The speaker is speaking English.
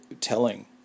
telling